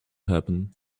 happen